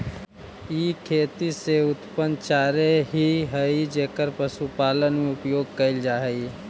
ई खेती से उत्पन्न चारे ही हई जेकर पशुपालन में उपयोग कैल जा हई